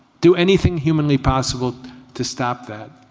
do anything humanly possible to stop that.